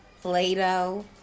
Play-Doh